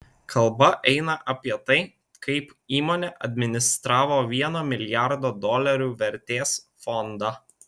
kalba eina apie tai kaip įmonė administravo vieno milijardo dolerių vertės fondą